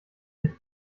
sich